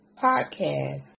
podcast